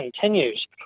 continues